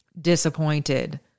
disappointed